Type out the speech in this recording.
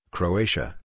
Croatia